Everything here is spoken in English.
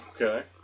Okay